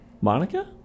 Monica